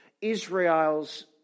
Israel's